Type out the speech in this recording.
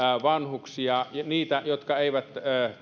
vanhuksia niitä jotka eivät